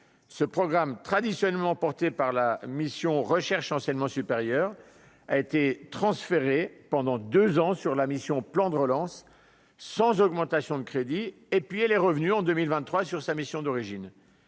ce programme traditionnellement porté par la mission recherche, enseignement supérieur, a été transféré pendant 2 ans sur la mission plan de relance sans augmentation de crédit et puis elle est revenue en 2023 sur sa mission d'origine,